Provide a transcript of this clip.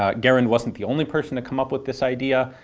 ah garand wasn't the only person to come up with this idea,